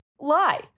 lie